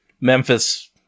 Memphis